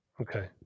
Okay